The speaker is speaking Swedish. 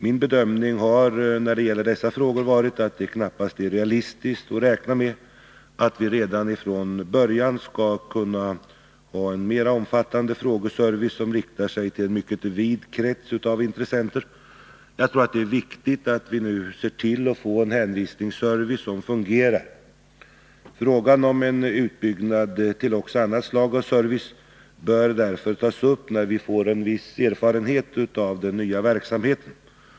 Min bedömning har när det gäller dessa frågor varit att det knappast är realistiskt att räkna med att vi redan från början skall kunna ha en mera omfattande frågeservice som riktar sig till en mycket vid krets av intressenter. Det är viktigt att vi nu ser till att få en hänvisningsservice som fungerar. Frågan om en utbyggnad till också annat slag av service bör därför tas upp när vi fått en viss erfarenhet av den nya verksamheten.